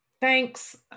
thanks